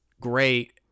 great